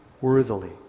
worthily